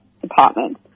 Department